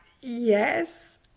Yes